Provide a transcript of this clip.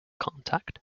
contact